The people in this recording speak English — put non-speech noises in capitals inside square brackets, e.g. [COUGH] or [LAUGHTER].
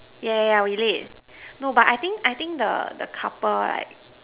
yeah yeah yeah we late [NOISE] no but I think I think the the couple right